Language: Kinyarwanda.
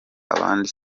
abandi